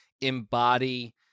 embody